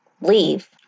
leave